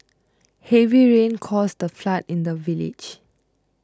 heavy rains caused a flood in the village